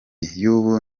y’ubu